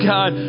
God